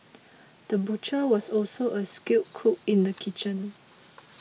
the butcher was also a skilled cook in the kitchen